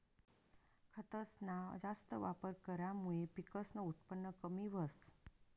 खतसना जास्त वापर करामुये पिकसनं उत्पन कमी व्हस